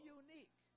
unique